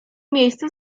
miejsce